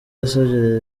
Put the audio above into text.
yasabye